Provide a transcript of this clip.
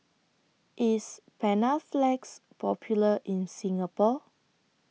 IS Panaflex Popular in Singapore